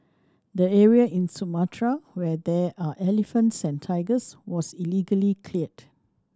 the area in Sumatra where there are elephants and tigers was illegally cleared